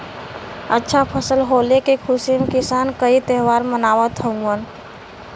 अच्छा फसल होले के खुशी में किसान कई त्यौहार मनावत हउवन